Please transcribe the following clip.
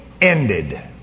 ended